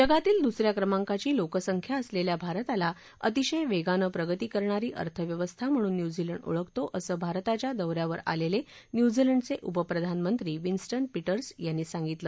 जगातील दुसऱ्या क्रमांकाची लोकसंख्या असलेल्या भारताला अतिशय वेगानं प्रगती करणारी अर्थव्यवस्था म्हणून न्यूझीलंड ओळखतो असं भारताच्या दौऱ्यावर आलेले न्यूझीलंडचे उपप्रधानमंत्री विन्सटन पीटर्स यांनी सांगितलं